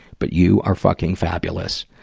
but you are fucking fabulous.